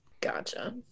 Gotcha